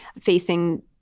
facing